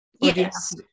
Yes